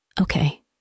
Okay